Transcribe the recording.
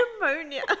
pneumonia